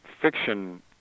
fiction